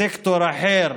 בסקטור אחר